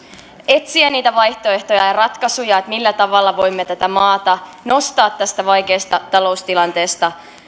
etsiä niitä vaihtoehtoja ja ratkaisuja millä tavalla voimme tätä maata nostaa tästä vaikeasta taloustilanteesta